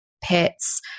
pets